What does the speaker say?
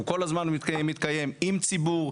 הוא כל הזמן מתקיים עם ציבור,